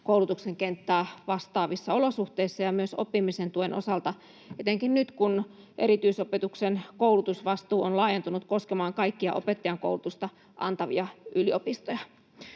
koulutuksen kenttää vastaavissa olosuhteissa ja myös oppimisen tuen osalta etenkin nyt, kun erityisopetuksen koulutusvastuu on laajentunut koskemaan kaikkia opettajankoulutusta antavia yliopistoja.